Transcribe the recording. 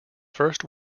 first